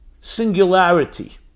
singularity